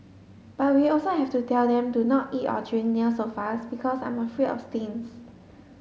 but we also have to tell them to not eat or drink near the sofas because I'm afraid of stains